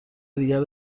دیگر